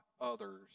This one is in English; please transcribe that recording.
others